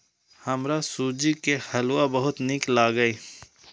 हमरा सूजी के हलुआ बहुत नीक लागैए